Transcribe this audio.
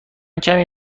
کمی